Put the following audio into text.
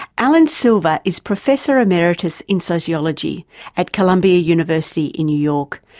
allan silver is professor emeritus in sociology at columbia university in new york,